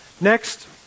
Next